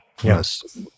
Yes